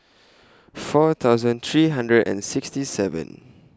four thousand three hundred and sixty seven